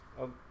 Okay